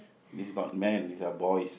is not man is a boy